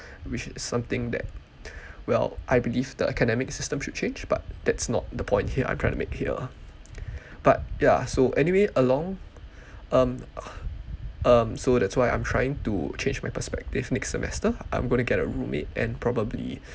which is something that well I believe the academic system should change but that's not the point here I'm trying to make here but ya so anyway along um uh um so that's why I'm trying to change my perspective next semester I'm going to get a room mate and probably